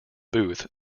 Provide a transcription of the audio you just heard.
booth